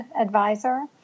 advisor